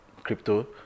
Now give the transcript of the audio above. crypto